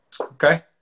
okay